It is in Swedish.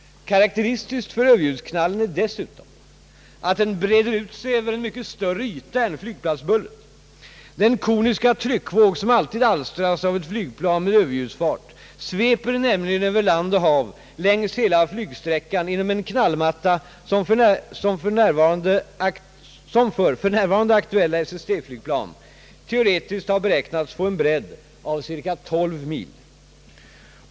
Karakteristiskt för Ööverljudsknallen är dessutom att den breder ut sig över en mycket större yta än flygplatsbullret. Den koniska tryckvåg som alltid alstras av ett flygplan med överljudsfart sveper nämligen över land och hav längs hela flygsträckan inom en knallmatta, som för f. n. aktuella SST flygplan teoretiskt har beräknats få en bredd av ca 12 mil.